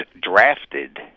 drafted